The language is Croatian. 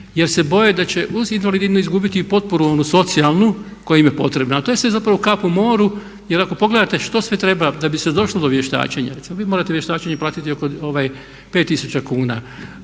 jer se boje da će uz invalidninu izgubiti i potporu onu socijalnu koja im je potrebna. A to je sve zapravo kap u moru jer ako pogledate što sve treba da bi se došlo do vještačenja, recimo vi morate vještačenje platiti oko 5000 kuna,